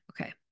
Okay